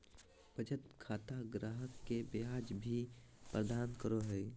बचत खाता ग्राहक के ब्याज भी प्रदान करो हइ